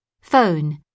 Phone